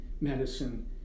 medicine